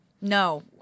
No